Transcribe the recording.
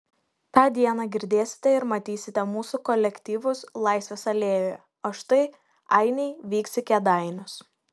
tą dieną girdėsite ir matysite mūsų kolektyvus laisvės alėjoje o štai ainiai vyks į kėdainius